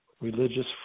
religious